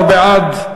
13 בעד,